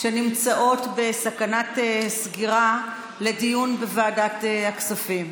נמצאות בסכנת סגירה לדיון בוועדת הכספים.